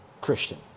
Christian